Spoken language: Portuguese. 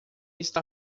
está